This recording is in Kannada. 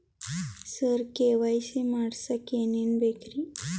ಸರ ಕೆ.ವೈ.ಸಿ ಮಾಡಸಕ್ಕ ಎನೆನ ಬೇಕ್ರಿ?